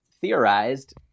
theorized